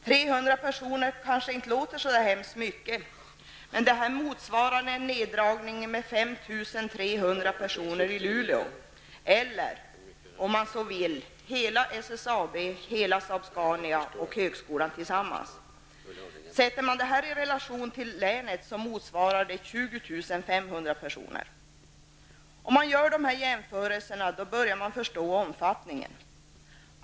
300 personer kanske inte låter så mycket, men detta motsvarar en neddragning med 5 300 personer i Luleå eller hela SSAB, Saab-Scania samt högskolan tillsammans. På länsnivå motsvarar det 20 500 personer. Om man gör dessa jämförelser börjar man förstå omfattningen.